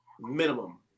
Minimum